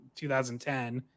2010